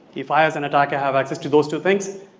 if i as an attacker have access to those two things,